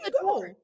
go